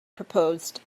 proposed